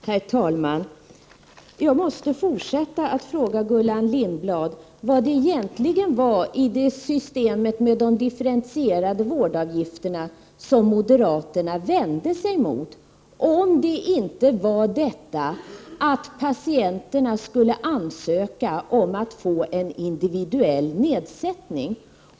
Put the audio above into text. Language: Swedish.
Herr talman! Jag måste fortsätta att fråga Gullan Lindblad vad det egentligen var i systemet med de differentierade vårdavgifterna som moderaterna vände sig emot, om det inte var detta att patienterna skulle ansöka om att få en individuell nedsättning.